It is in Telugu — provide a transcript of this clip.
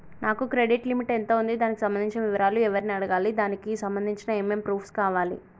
నా క్రెడిట్ లిమిట్ ఎంత ఉంది? దానికి సంబంధించిన వివరాలు ఎవరిని అడగాలి? దానికి సంబంధించిన ఏమేం ప్రూఫ్స్ కావాలి?